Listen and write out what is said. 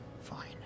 Fine